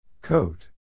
Coat